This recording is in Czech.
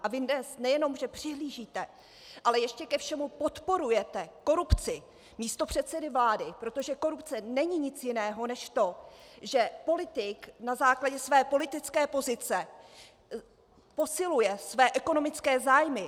A vy dnes nejenom že přihlížíte, ale ještě ke všemu podporujete korupci místopředsedy vlády, protože korupce není nic jiného než to, že politik na základě své politické pozice posiluje své ekonomické zájmy.